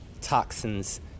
toxins